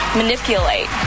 manipulate